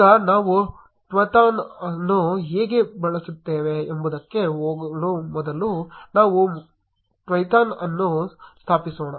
ಈಗ ನಾವು Twython ಅನ್ನು ಹೇಗೆ ಬಳಸುತ್ತೇವೆ ಎಂಬುದಕ್ಕೆ ಹೋಗುವ ಮೊದಲು ನಾವು ಮೊದಲು Twython ಅನ್ನು ಸ್ಥಾಪಿಸೋಣ